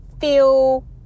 feel